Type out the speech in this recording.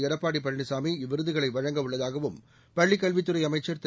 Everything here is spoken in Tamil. எடப்பாடி பழனிசாமி இவ்விருதுகளை வழங்கவுள்ளதாகவும் பள்ளிக் கல்வித்துறை அமைச்சர் திரு